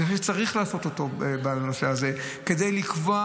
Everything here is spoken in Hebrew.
אני חושב שצריך לעשות אותו בנושא הזה כדי לקבוע